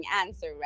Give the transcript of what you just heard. answer